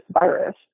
virus